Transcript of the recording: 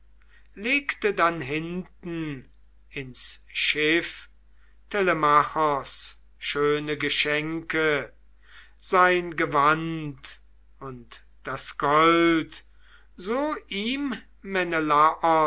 legte dann hinten ins schiff telemachos schöne geschenke sein gewand und das gold so ihm